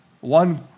One